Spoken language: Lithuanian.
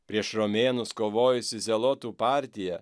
prieš romėnus kovojusi zelotų partija